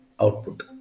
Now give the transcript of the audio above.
output